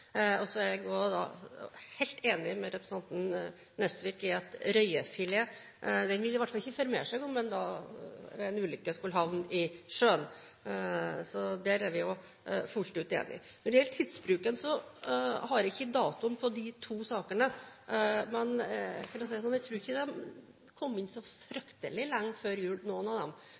Så er jeg helt enig med representanten Nesvik i at en røyefilet i hvert fall ikke vil formere seg, om den ved en ulykke skulle havne i sjøen. Der er vi fullt ut enige. Når det gjelder tidsbruken, har jeg ikke datoen for de to sakene. Jeg tror ikke de kom inn så fryktelig lenge før jul, noen av dem,